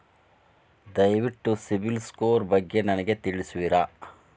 ದಯವಿಟ್ಟು CIBIL score ಬಗ್ಗೆ ನನಗೆ ತಿಳಿಸುವಿರಾ?